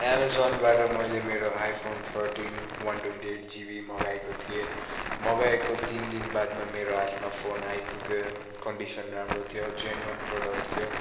एमाजोनबाट मैले मेरो iPhone thirteen one twenty eight GB मगाएको थिएँ मगाएको तिन दिन बादमा मेरो हाथमा फोन आइपुग्यो कन्डिसन राम्रो थियो जेन्वेन प्रोडक्ट थियो